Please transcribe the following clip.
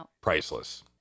priceless